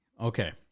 okay